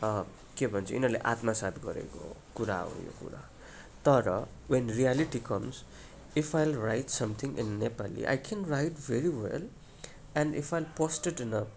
के भन्छ यिनीहरूले आत्मसात् गरेको हो कुरा हो यो कुरा तर when reality comes if I will write something in Nepali I can write very well and I will posted in A